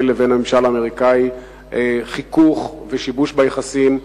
לבין הממשל האמריקני חיכוך ושיבוש ביחסים,